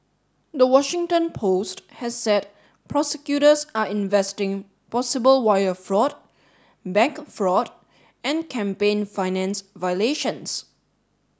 the Washington Post has said prosecutors are investigating possible wire fraud bank fraud and campaign finance violations